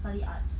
study arts